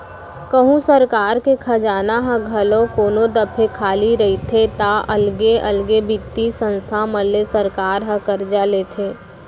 कहूँ सरकार के खजाना ह घलौ कोनो दफे खाली रहिथे ता अलगे अलगे बित्तीय संस्था मन ले सरकार ह करजा लेथे